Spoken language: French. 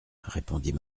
répondit